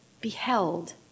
beheld